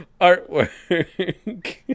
artwork